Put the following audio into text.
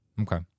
Okay